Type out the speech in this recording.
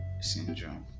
Syndrome